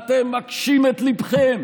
אתם מקשים את לבכם